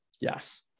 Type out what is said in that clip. Yes